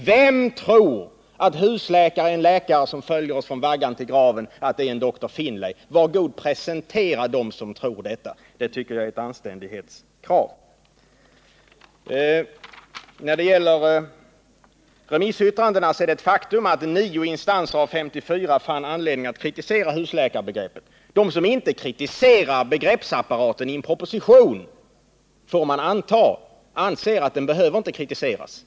Vem tror att en husläkare är en som följer oss från vaggan till graven, dvs. en Dr. Finlay? Var god presentera dem som tror detta! Det tycker jag är ett anständighetskrav. När det gäller remissyttrandena är det ett faktum att 9 instanser av 54 fann anledning att kritisera husläkarbegreppet. De som inte kritiserar begreppsapparaten i en proposition anser — får man anta — att den inte behöver kritiseras.